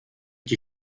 die